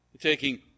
taking